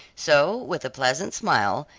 so with a pleasant smile,